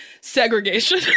Segregation